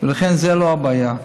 לכן זו לא הבעיה.